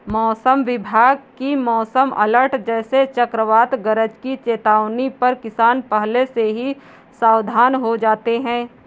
मौसम विभाग की मौसम अलर्ट जैसे चक्रवात गरज की चेतावनी पर किसान पहले से ही सावधान हो जाते हैं